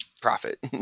profit